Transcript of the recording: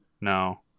No